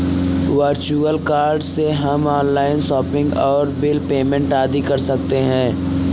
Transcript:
virtual card से हम online shopping और बिल पेमेंट आदि कर सकते है